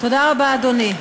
תודה רבה, אדוני.